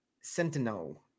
sentinel